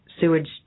sewage